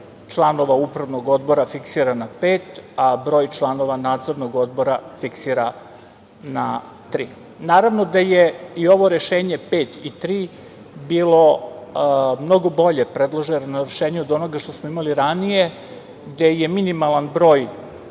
članova upravnog odbora fiksira na pet, a broj članova nadzornog odbora fiksira na tri. Naravno da je ovo predloženo rešenje pet i tri bilo mnogo bolje od onoga što smo imali ranije, gde je minimalan broj